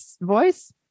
voice